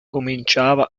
cominciava